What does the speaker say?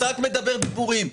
אתה רק מדבר דיבורים.